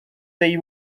they